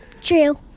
True